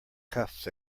cuffs